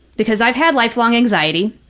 because i've had lifelong anxiety.